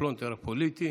הפלונטר הפוליטי.